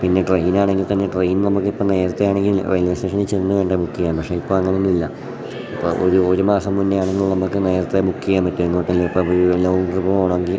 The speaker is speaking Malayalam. പിന്നെ ട്രെയിനാണെങ്കിൽ തന്നെ ട്രെയിൻ നമുക്കിപ്പം നേരത്തെയാണെങ്കിൽ റെയിൽവേ സ്റ്റേഷനിൽ ചെന്ന് വേണ്ടേ ബുക്ക് ചെയ്യാൻ പക്ഷെ ഇപ്പം അങ്ങനൊന്നില്ല ഇപ്പം ഒരു ഒരു മാസം മുന്നേയാണെങ്കിൽ നമുക്ക് നേരത്തെ ബുക്ക് ചെയ്യാൻ പറ്റും എങ്ങോട്ടേലിപ്പം ഇത് ലോംഗ് ട്രിപ്പ് പോകണമെങ്കിൽ